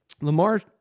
Lamar